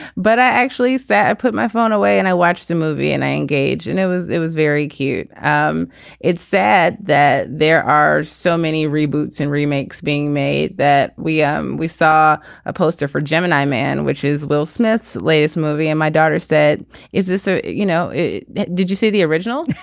but i actually said i put my phone away and i watched the movie and i engaged and it was it was very cute. um it's sad that there are so many reboots and remakes being made that we. um we saw a poster for gemini man which is will smith's latest movie and my daughter said is this ah you know did you see the original